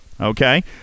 Okay